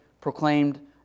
proclaimed